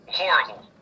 horrible